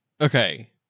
okay